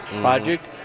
project